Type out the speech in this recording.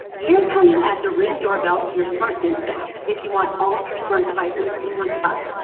here's how you add the ring doorbell to your smartthings app if you want all of your smart devices in one spot.